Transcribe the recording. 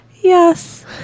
yes